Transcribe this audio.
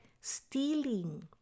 stealing